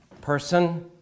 person